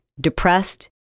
depressed